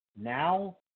Now